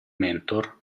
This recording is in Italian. mentor